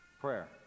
prayer